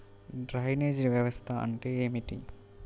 Drainage వ్యవస్థ అంటే ఏమిటి?